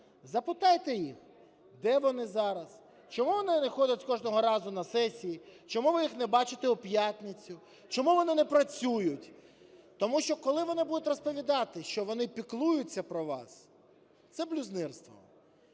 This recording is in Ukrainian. запитайте їх, де вони зараз, чому вони не ходять кожного разу на сесії, чому ви їх не бачите у п'ятницю, чому вони не працюють. Тому що, коли вони будуть розповідати, що вони піклуються про вас, це – блюзнірство.